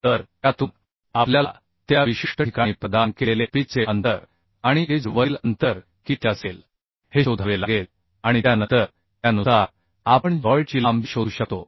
तर त्यातून आपल्याला त्या विशिष्ट ठिकाणी प्रदान केलेले पिचचे अंतर आणि एज वरील अंतर किती असेल हे शोधावे लागेल आणि त्यानंतर त्यानुसार आपण जॉईट ची लांबी शोधू शकतो